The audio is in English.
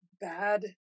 bad